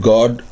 God